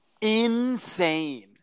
insane